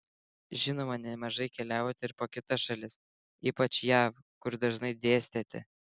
žinoma nemažai keliavote ir po kitas šalis ypač jav kur dažnai dėstėte